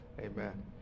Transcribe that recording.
Amen